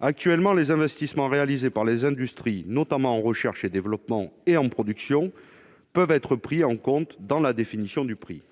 Actuellement, les investissements réalisés par les industries, notamment en recherche et développement ainsi qu'en production, peuvent être pris en compte dans la définition du prix.